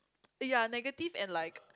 eh ya negative and like